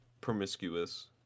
promiscuous